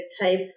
type